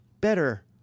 better